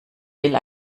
will